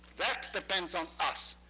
that depends on us,